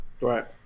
Right